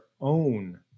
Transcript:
own